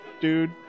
Dude